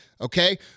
okay